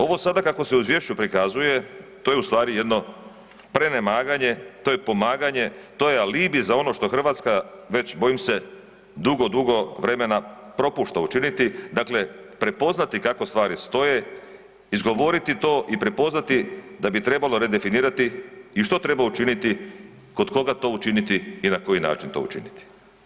Ovo sada kako se u izvješću prikazuje to je ustvari jedno prenemaganje, to je pomaganje, to je alibi za ono što Hrvatska već bojim se dugo, dugo vremena propušta učiniti, dakle prepoznati kako stvari stoje, izgovoriti to i prepoznati da bi trebalo redefinirati i što treba učiniti kod koga to učiniti i na koji način to učiniti.